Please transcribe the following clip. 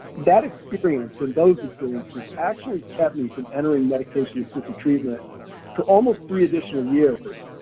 that experience, and those experiences, actually kept me from entering medication-assisted treatment for almost three additional years,